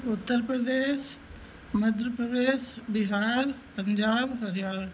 Uttar Pradesh Madhya Pradesh Bihar Punjab Haryana